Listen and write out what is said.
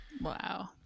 Wow